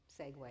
segue